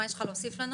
מה יש לך להוסיף לנו?